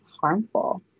harmful